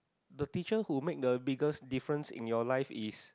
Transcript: the teacher who make the biggest difference in your life is